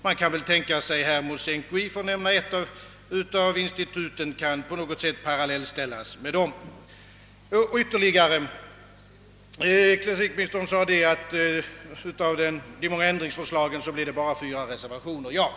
Man skulle kunna tänka sig att Hermods-NKI, för att nämna ett av instituten, på något sätt skulle kunna parallellställas med dem. Ecklesiastikministern sade vidare, att av de många ändringsförslagen blev det bara fyra reservationer.